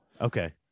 Okay